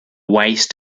waist